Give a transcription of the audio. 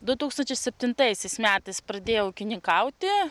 du tūkstančiai septintaisiais metais pradėjau ūkininkauti